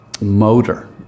motor